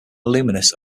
alumnus